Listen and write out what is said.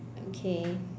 okay